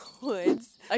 woods